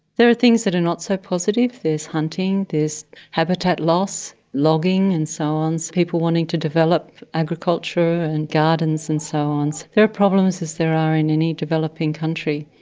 there are things that are not so positive. there's hunting, there's habitat loss, logging and so on, people wanting to develop agriculture and gardens and so on. so there are problems, as there are in any developing country.